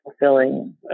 fulfilling